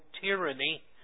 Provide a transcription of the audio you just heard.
tyranny